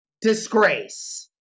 disgrace